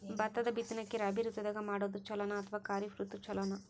ಭತ್ತದ ಬಿತ್ತನಕಿ ರಾಬಿ ಋತು ದಾಗ ಮಾಡೋದು ಚಲೋನ ಅಥವಾ ಖರೀಫ್ ಋತು ಚಲೋನ?